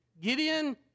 Gideon